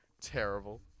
Terrible